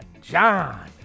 John